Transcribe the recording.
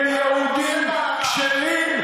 הם יהודים כשרים,